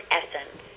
essence